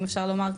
אם אפשר לומר,